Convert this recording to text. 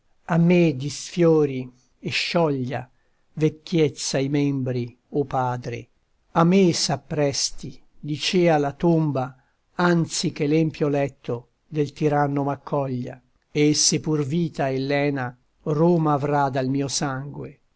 a me disfiori e scioglia vecchiezza i membri o padre a me s'appresti dicea la tomba anzi che l'empio letto del tiranno m'accoglia e se pur vita e lena roma avrà dal mio sangue